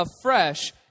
afresh